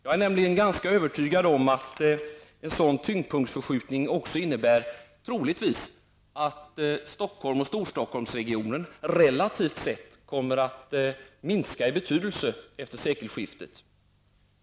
Jag är ganska övertygad om att en sådan tyngdpunktsförskjutning också innebär att Stockholm och Storstockholmsregionen efter sekelskiftet troligtvis relativt sett kommer att minska i betydelse.